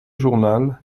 journal